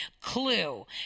Clue